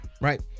Right